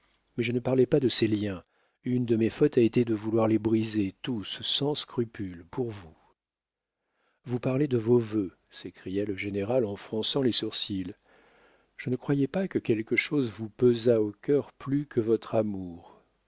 mais je ne parlais pas de ces liens une de mes fautes a été de vouloir les briser tous sans scrupule pour vous vous parlez de vos vœux s'écria le général en fronçant les sourcils je ne croyais pas que quelque chose vous pesât au cœur plus que votre amour